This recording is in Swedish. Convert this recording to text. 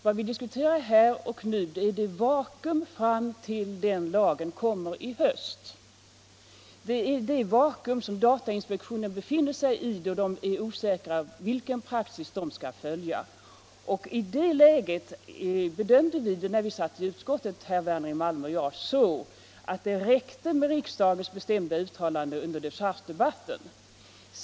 Vad vi diskuterar här och nu är det vakuum fram till den dagen i höst som datainspektionen befinner sig i och som gör att man är osäker på vilken praxis man skall följa. I det läget bedömde herr Werner i Malmö och jag det så, när vi satt i utskottet, att det räckte med riksdagens bestämda uttalande under dechargedebatten.